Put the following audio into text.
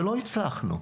ולא הצלחנו.